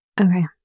Okay